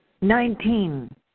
Nineteen